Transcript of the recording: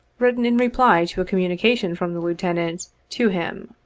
written in reply to a communication from the lieutenant to him.